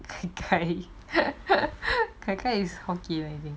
gaigai gaigai is hokkien already